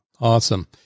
Awesome